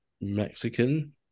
Mexican